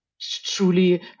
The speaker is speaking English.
truly